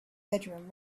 bedroom